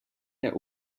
der